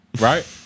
Right